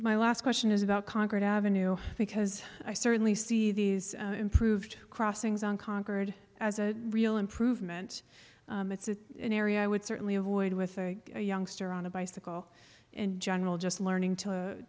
my last question is about congress avenue because i certainly see these improved crossings unconquered as a real improvement it's an area i would certainly avoid with a youngster on a bicycle in general just learning to